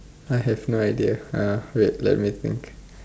I have no idea uh wait let me think